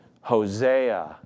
Hosea